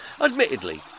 Admittedly